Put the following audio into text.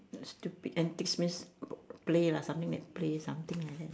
stupid antics means play lah something like play something like that